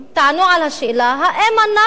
תענו על השאלה: האם אנחנו,